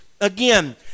Again